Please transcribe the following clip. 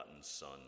Son